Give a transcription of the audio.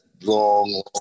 long